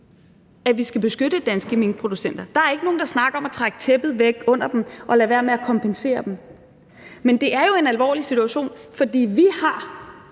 at vi skal beskytte danske minkproducenter. Der er ikke nogen, der snakker om at trække tæppet væk under dem og lade være med at kompensere dem. Men det er jo en alvorlig situation, fordi vi har